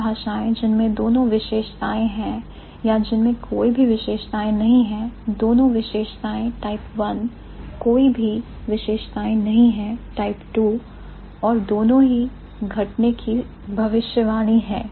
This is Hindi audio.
वह भाषाएं जिनमें दोनों विशेषताएं है या जिनमें कोई भी विशेषताएं नहीं है दोनों विशेषताएं टाइप I कोई भी विशेषताएं नहीं है टाइप II और दोनों ही घटने की भविष्यवाणी है